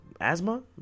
asthma